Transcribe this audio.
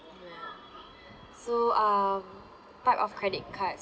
ya so um part of credit cards